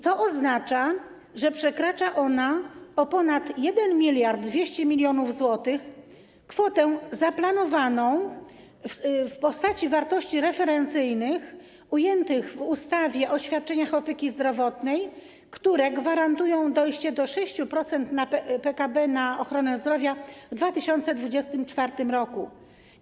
To oznacza, że przekracza ona o ponad 1200 mln zł kwotę zaplanowaną w postaci wartości referencyjnych ujętych w ustawie o świadczeniach opieki zdrowotnej, które gwarantują dojście do 6% PKB na ochronę zdrowia w 2024 r.